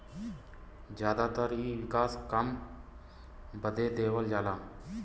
जादातर इ विकास काम बदे देवल जाला